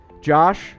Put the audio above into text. Josh